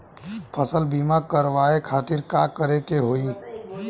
फसल बीमा करवाए खातिर का करे के होई?